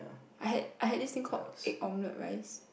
I had I had this thing called egg omelette rice